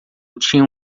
tinha